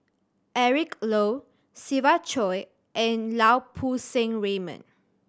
Eric Low Siva Choy and Lau Poo Seng Raymond